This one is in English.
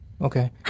Okay